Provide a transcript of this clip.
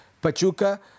Pachuca